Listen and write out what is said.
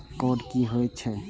Code की होय छै?